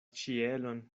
ĉielon